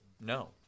no